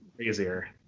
easier